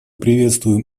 приветствуем